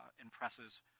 impresses